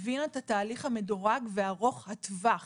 היא הבינה את התהליך המדורג וארוך הטווח